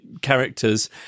characters